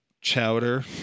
Chowder